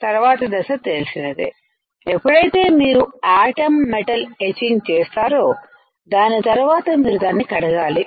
తర్వాత దశ తెలిసినదే ఎప్పుడైతే మీరు ఆటం మెటల్ ఎచింగ్ చేస్తా రో దాని తర్వాత మీరు దాన్ని కడగాలి